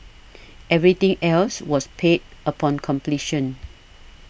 everything else was paid upon completion